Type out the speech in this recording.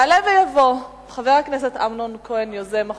יעלה ויבוא חבר הכנסת אמנון כהן, יוזם החוק.